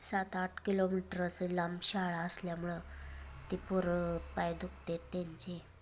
सात आठ किलोमीटर असे लांब शाळा असल्यामुळं ते पोरं पाय दुखतात त्यांचे